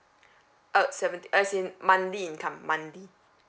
uh seventy as in monthly income monthly